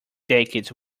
decades